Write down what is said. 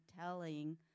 telling